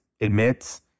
admits